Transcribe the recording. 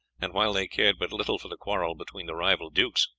and while they cared but little for the quarrel between the rival dukes,